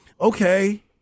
okay